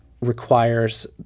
requires